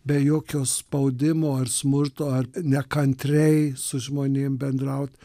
be jokio spaudimo ar smurto ar nekantriai su žmonėm bendraut